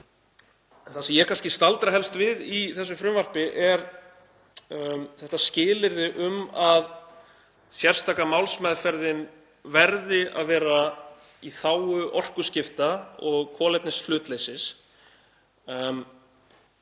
Það sem ég staldra kannski helst við í þessu frumvarpi er þetta skilyrði um að sérstaka málsmeðferðin verði að vera í þágu orkuskipta og kolefnishlutleysis